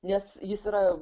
nes jis yra